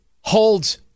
holds